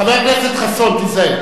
חבר הכנסת חסון, תיזהר.